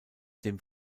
dem